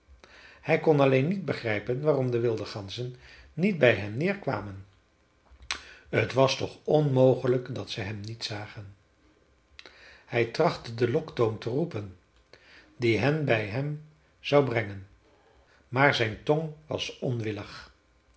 hij kon alleen niet begrijpen waarom de wilde ganzen niet bij hem neerkwamen t was toch onmogelijk dat ze hem niet zagen hij trachtte den loktoon te roepen die hen bij hem zou brengen maar zijn tong was onwillig